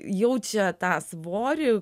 jaučia tą svorį